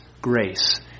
grace